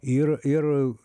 ir ir